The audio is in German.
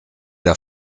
der